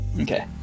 okay